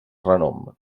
renom